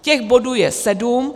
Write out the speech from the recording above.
Těch bodů je sedm.